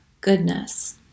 goodness